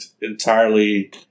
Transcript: entirely